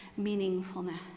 meaningfulness